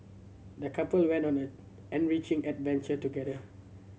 the couple went on an enriching adventure together